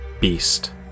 beast